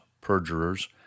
perjurers